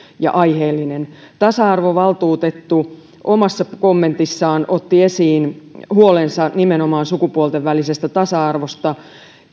ja aiheellinen tasa arvovaltuutettu omassa kommentissaan otti esiin huolensa nimenomaan sukupuolten välisestä tasa arvosta